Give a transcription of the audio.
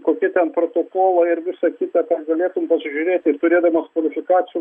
kokie ten protokolai ir visa kita ką galėtum pasižiūrėti ir turėdamas kvalifikaciją